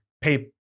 pay